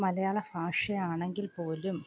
മലയാള ഭാഷയാണെങ്കിൽപ്പോലും